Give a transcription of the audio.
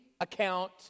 account